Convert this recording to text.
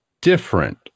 different